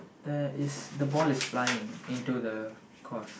there is the ball is flying into the course